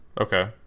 Okay